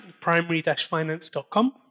primary-finance.com